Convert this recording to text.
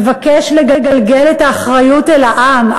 מבקש לגלגל את האחריות אל העם.